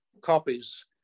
copies